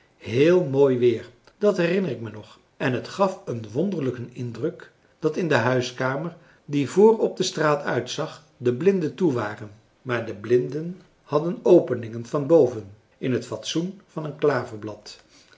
heel mooi weer dat herinner ik mij nog en het gaf een wonderlijken indruk dat in de huiskamer die voor op de straat uitzag de blinden toe waren maar de françois haverschmidt familie en kennissen blinden hadden openingen van boven in het fatsoen van een